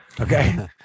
Okay